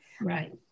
Right